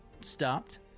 stopped